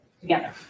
together